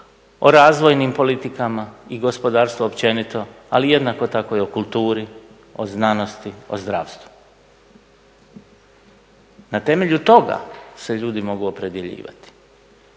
o razvojnim politikama i gospodarstvu općenito, ali jednako tako i o kulturi, o znanosti, o zdravstvu. Na temelju toga se ljudi mogu opredjeljivati,